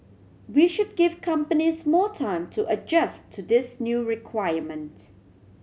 we should give companies more time to adjust to this new requirement